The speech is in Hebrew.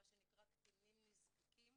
מה שנקרא קטינים נזקקים